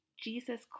Jesus